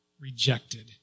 rejected